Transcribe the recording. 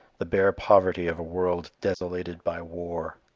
the bare poverty of a world desolated by war.